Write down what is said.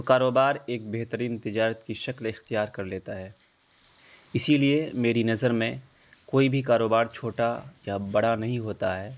تو کاروبار ایک بہترین تجارت کی شکل اختیار کر لیتا ہے اسی لیے میری نظر میں کوئی بھی کاروبار چھوٹا یا بڑا نہیں ہوتا ہے